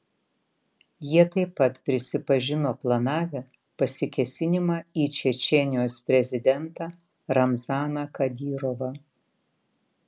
jie taip pat prisipažino planavę pasikėsinimą į čečėnijos prezidentą ramzaną kadyrovą